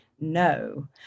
no